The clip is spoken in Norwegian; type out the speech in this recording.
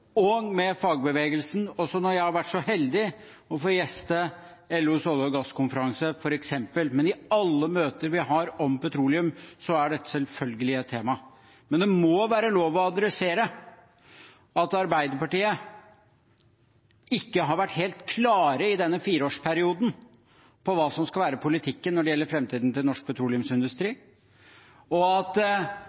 og med fagbevegelsen, også når jeg har vært så heldig å få gjeste f.eks. LOs olje- og gasskonferanse. Men i alle møter vi har om petroleum, er dette selvfølgelig et tema. Det må være lov til å adressere at Arbeiderpartiet ikke har vært helt klare i denne fireårsperioden på hva som skal være politikken når det gjelder framtiden til norsk petroleumsindustri, og at